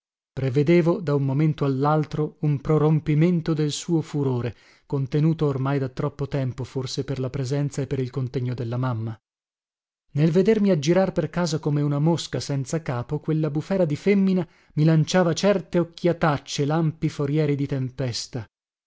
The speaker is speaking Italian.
prevedevo da un momento allaltro un prorompimento del suo furore contenuto ormai da troppo tempo forse per la presenza e per il contegno della mamma nel vedermi aggirar per casa come una mosca senza capo quella bufera di femmina mi lanciava certe occhiatacce lampi forieri di tempesta